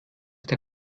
der